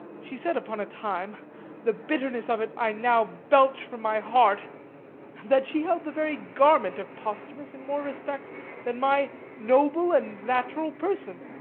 she said upon a time the bitterness of it i now belch from my heart that she held the very garment of posthumus in more respect than my noble and natural person,